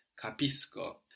capisco